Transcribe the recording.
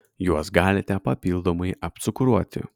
juos galite papildomai apcukruoti